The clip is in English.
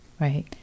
right